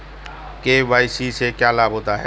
KYC से क्या लाभ होता है?